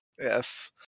Yes